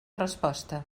resposta